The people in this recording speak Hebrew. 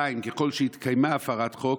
2. ככל שהתקיימה הפרת חוק,